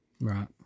Right